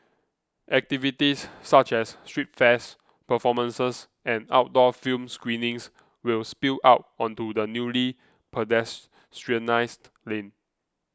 activities such as street fairs performances and outdoor film screenings will spill out onto the newly pedestrianised lane